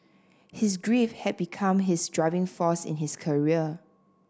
his grief had become his driving force in his career